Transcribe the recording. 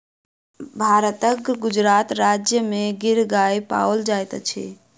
भारतक गुजरात राज्य में गिर गाय पाओल जाइत अछि